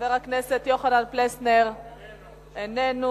חבר הכנסת יוחנן פלסנר, איננו.